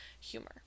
humor